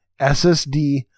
SSD